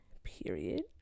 Period